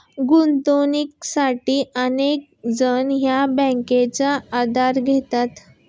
गुंतवणुकीसाठी अनेक जण या बँकांचा आधार घेतात